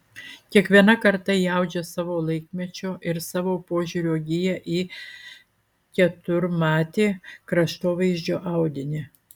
kiekviena karta įaudžia savo laikmečio ir savo požiūrio giją į keturmatį kraštovaizdžio audinį